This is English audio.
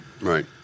Right